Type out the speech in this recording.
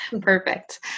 perfect